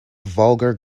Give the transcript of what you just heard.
vulgar